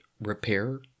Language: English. repair